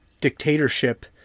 dictatorship